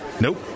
Nope